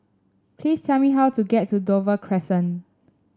please tell me how to get to Dover Crescent